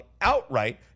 outright